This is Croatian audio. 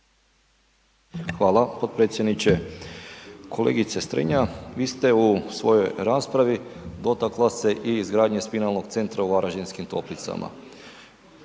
Hvala potpredsjedniče. Kolegice Strenja, vi ste u svojoj raspravi dotakla se i izgradnje spinalnog centra u Varaždinskim Toplicama.